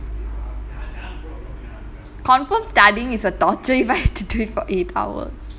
confirm studying is a torture if I had to do it for eight hours